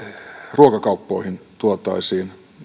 ruokakauppoihin tuotaisiin